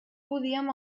podíem